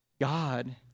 God